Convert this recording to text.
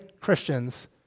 Christians